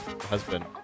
husband